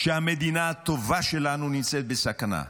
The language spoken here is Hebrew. שהמדינה הטובה שלנו נמצאת בסכנה,